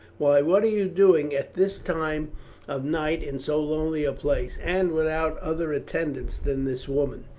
why, what are you doing at this time of night in so lonely a place, and without other attendants than this woman?